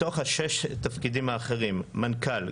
מתוך שש התפקידים האחרים: מנכ"ל,